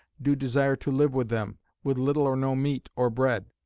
do desire to live with them, with little or no meat or bread.